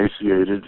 emaciated